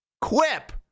Quip